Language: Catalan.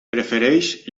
prefereix